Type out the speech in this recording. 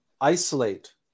isolate